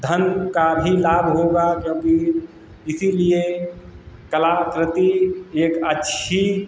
धन का भी लाभ होगा क्योंकि इसीलिए कलाकृति एक अच्छी